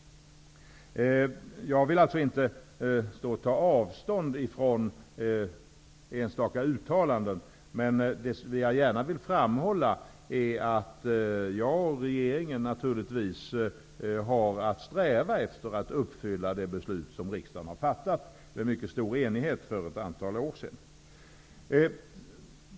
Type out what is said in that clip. Jag vill alltså inte ta avstånd från enstaka uttalanden, men jag vill gärna framhålla att jag och regeringen naturligtvis har att sträva efter att uppfylla det beslut som riksdagen i mycket stor enighet har fattat för ett antal år sedan.